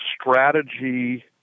strategy